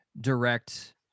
direct